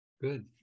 Good